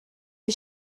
est